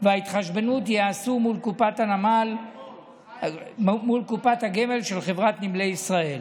וההתחשבנות ייעשו מול קופת הגמל של חברת נמלי ישראל.